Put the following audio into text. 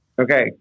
Okay